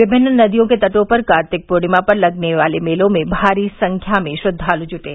विभिन्न नदियों के तटों पर कॉर्तिक पूर्णिमा पर लगे मेलों में भारी संख्या में श्रद्वालु जुटे